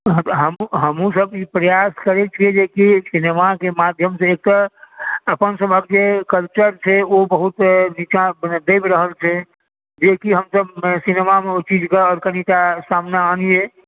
हमहुँ सभ ई प्रयास करैत छी जेकि सिनेमाके माध्यमसंँ एक अपनसभक जे कल्चर छै ओ बहुत विकास मने दबि रहल छै जेकि हमसभ सिनेमामे ओहि चीजके कनिटा सामने आनियै